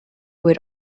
would